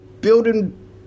building